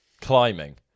Climbing